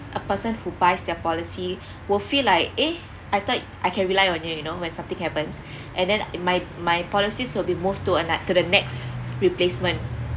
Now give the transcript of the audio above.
a person who buys their policy will feel like eh I thought I can rely on you you know when something happens and then it my my policies will be moved to a next to the next replacement